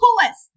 coolest